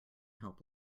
help